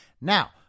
Now